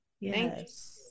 Yes